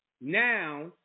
now